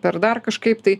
per dar kažkaip tai